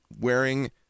Wearing